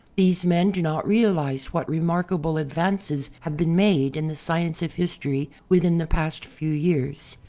these men do not realize what remarkable advances have been made in the science of history within the past few years.